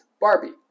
Barbie